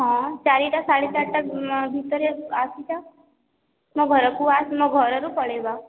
ହଁ ଚାରିଟା ସାଢ଼େ ଚାରିଟା ଭିତରେ ଆସିଯା ମୋ ଘରକୁ ଆସେ ମୋ ଘରରୁ ପଳେଇବା